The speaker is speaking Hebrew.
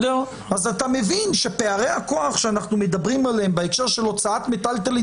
אז אתה מבין שפערי הכוח שאנחנו מדברים עליהם בהקשר של הוצאת מטלטלין